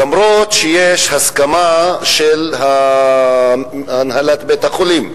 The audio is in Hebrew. למרות שיש הסכמה של הנהלת בית-החולים.